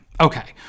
okay